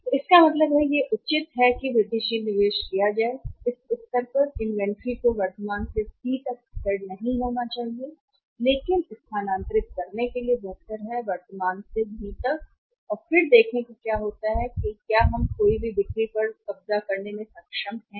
तो इसका मतलब है कि यह उचित है कि वृद्धिशील निवेश किया जाए इस स्तर पर इन्वेंट्री को वर्तमान से C तक स्थिर नहीं होना चाहिए लेकिन स्थानांतरित करने के लिए बेहतर है वर्तमान से बी तक और फिर देखें कि क्या होता है कि हम खोई हुई बिक्री पर कब्जा करने में सक्षम हैं